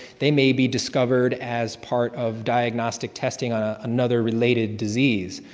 they may be discovered as part of diagnostic tested on ah another related disease.